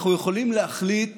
אנחנו יכולים להחליט